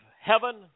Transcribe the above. heaven